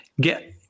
get